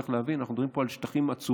צריך להבין שאנחנו מדברים פה על שטחים עצומים,